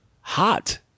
hot